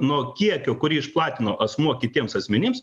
nuo kiekio kurį išplatino asmuo kitiems asmenims